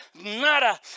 Nada